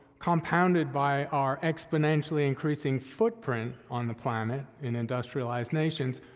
compounded by our exponentially increasing footprint on the planet in industrialized nations,